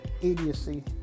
idiocy